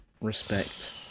Respect